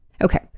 okay